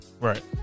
Right